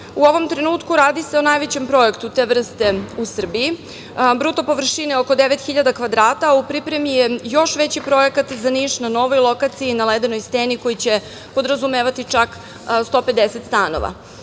ovom trenutku radi se o najvećem projektu te vrste u Srbiji, bruto površine oko 9.000 kvadrata. U pripremi je još veći projekat za Niš na novoj lokaciji, na Ledenoj steni, koji će podrazumevati čak 150 stanova.